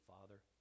Father